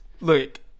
Look-